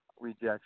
rejection